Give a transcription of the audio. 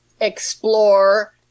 explore